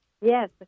Yes